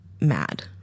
mad